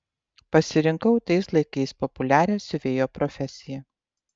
pasirinkau tais laikais populiarią siuvėjo profesiją